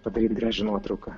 padaryt gražią nuotrauką